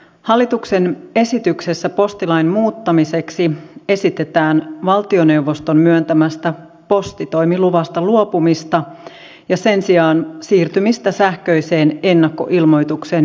hallituksen esityksessä postilain muuttamiseksi esitetään valtioneuvoston myöntämästä postitoimiluvasta luopumista ja sen sijaan siirtymistä sähköiseen ennakkoilmoitukseen viestintävirastolle